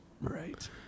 Right